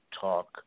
talk